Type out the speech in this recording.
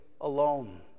alone